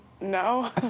No